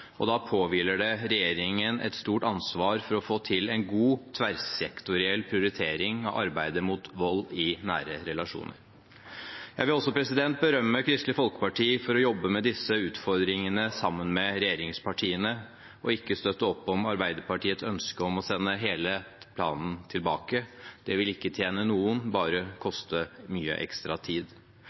Da påhviler det regjeringen et stort ansvar for å få til en god, tverrsektoriell prioritering av arbeidet mot vold i nære relasjoner. Jeg vil også berømme Kristelig Folkeparti for å jobbe med disse utfordringene sammen med regjeringspartiene, og ikke støtte opp om Arbeiderpartiets ønske om å sende hele planen tilbake. Det ville ikke tjene noen, bare koste mye ekstra tid.